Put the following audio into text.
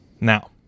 Now